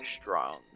strong